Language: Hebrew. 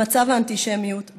של מצב האנטישמיות בעולם.